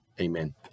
amen